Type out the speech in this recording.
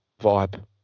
vibe